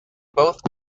both